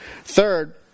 Third